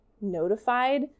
notified